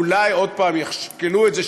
אולי עוד פעם ישקלו את זה,